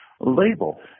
label